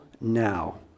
now